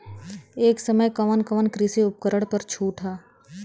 ए समय कवन कवन कृषि उपकरण पर छूट ह?